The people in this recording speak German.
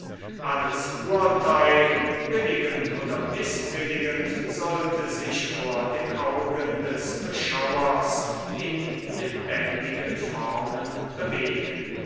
alles urteil billigend oder mißbilligend sollte sich vor den augen des beschauers in lebendigen formen bewegen